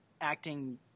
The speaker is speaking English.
acting